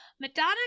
madonna